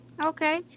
okay